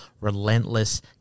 relentless